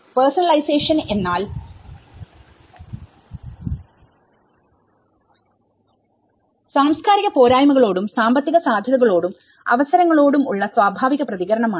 personalisation എന്നാൽ സാംസ്കാരിക പോരായ്മകളോടും സാമ്പത്തിക സാധ്യതകളോടും അവസരങ്ങളോടും ഉള്ള സ്വാഭാവിക പ്രതികരണമാണ്